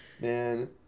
man